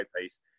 piece